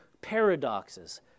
paradoxes